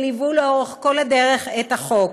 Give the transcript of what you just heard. שליוו לאורך כל הדרך את החוק.